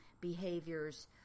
behaviors